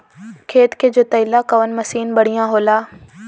खेत के जोतईला कवन मसीन बढ़ियां होला?